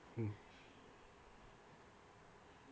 mm